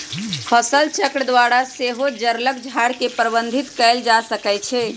फसलचक्र द्वारा सेहो जङगल झार के प्रबंधित कएल जा सकै छइ